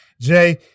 Jay